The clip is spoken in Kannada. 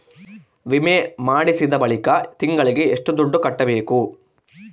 ವಿಮೆ ಮಾಡಿಸಿದ ಬಳಿಕ ತಿಂಗಳಿಗೆ ಎಷ್ಟು ದುಡ್ಡು ಕಟ್ಟಬೇಕು?